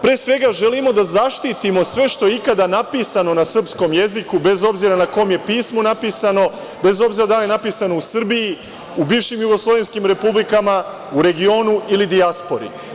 Pre svega, želimo da zaštitimo sve što je ikada napisano na srpskom jeziku bez obzira na kom je pismu napisano, bez obzira da li je napisano u Srbiji, u bivšim jugoslovenskim republikama, u regionu ili dijaspori.